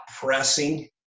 pressing